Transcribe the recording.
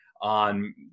on